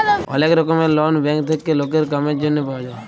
ওলেক রকমের loan bank থেক্যে লকের কামের জনহে পাওয়া যায়